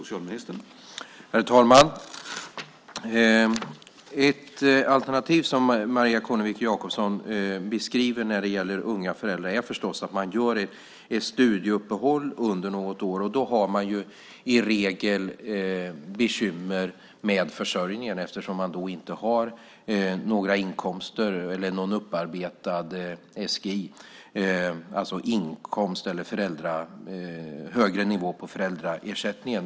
Herr talman! Ett alternativ som Maria Kornevik Jakobsson beskriver när det gäller unga föräldrar är förstås att man gör ett studieuppehåll under något år. Då har man i regel bekymmer med försörjningen, eftersom man inte har några inkomster eller upparbetad SGI och inte någon högre nivå på föräldraersättningen.